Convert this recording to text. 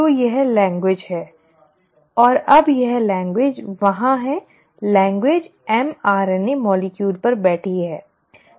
तो यह भाषा है और अब यह भाषा वहां है भाषा mRNA अणु पर बैठी है